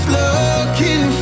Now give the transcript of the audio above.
looking